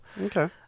Okay